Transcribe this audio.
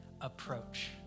approach